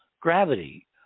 gravity